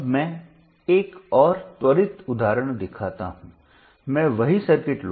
अब मैं एक और त्वरित उदाहरण दिखाता हूं मैं वही सर्किट लूंगा